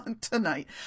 tonight